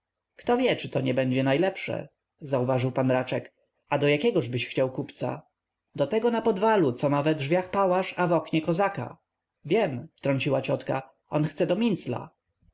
kto wie czy to nie będzie najlepsze zauważył p raczek a do jakiegożbyś chciał kupca do tego na podwalu co ma we drzwiach pałasz a w oknie kozaka wiem wtrąciła ciotka on chce do